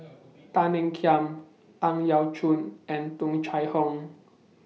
Tan Ean Kiam Ang Yau Choon and Tung Chye Hong